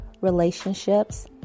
relationships